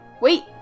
Wait